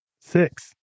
Six